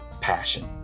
passion